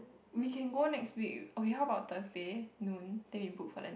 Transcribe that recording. we can go next week okay how about Thursday noon then we book for them